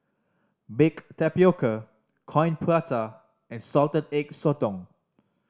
baked tapioca Coin Prata and Salted Egg Sotong